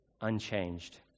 unchanged